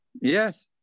Yes